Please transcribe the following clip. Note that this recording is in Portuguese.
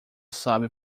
sabe